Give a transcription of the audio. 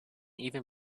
even